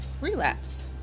relapse